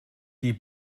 die